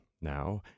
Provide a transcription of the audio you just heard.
now